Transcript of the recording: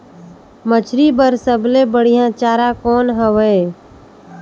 मछरी बर सबले बढ़िया चारा कौन हवय?